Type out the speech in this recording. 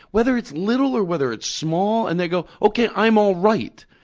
whether it's little or whether it's small, and they go, okay, i'm all right.